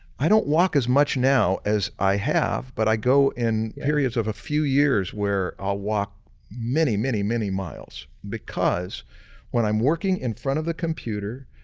i don't walk as much now as i have but i go in periods of a few years where i'll walk many, many, many miles because when i'm working in front of the computer,